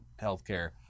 healthcare